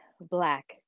Black